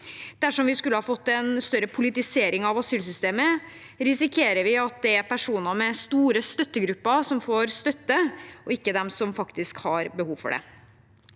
Dersom vi skulle ha fått en større politisering av asylsystemet, risikerer vi at det er personer med store støttegrupper som får støtte, og ikke dem som faktisk har behov for det.